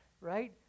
Right